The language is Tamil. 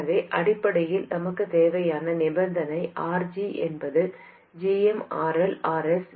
எனவே அடிப்படையில் நமக்கு தேவையான நிபந்தனை RG என்பது gm RL Rs